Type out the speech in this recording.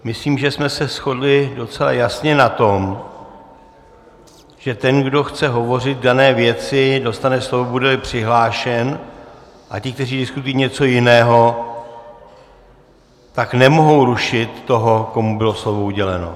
Myslím, že jsme se shodli docela jasně na tom, že ten, kdo chce hovořit k dané věci, dostane slovo, budeli přihlášen, a ti, kteří diskutují něco jiného, tak nemohou rušit toho, komu bylo slovo uděleno.